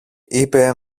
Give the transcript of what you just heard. είπε